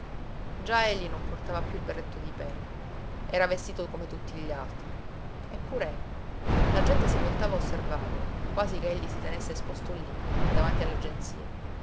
voleva già egli non portava piú il berretto di pelo era vestito come tutti gli altri eppure ecco la gente si voltava a osservarlo quasi che egli si tenesse esposto lí davanti